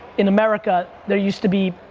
in america, there used to be,